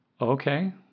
Okay